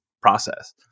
process